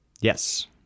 Yes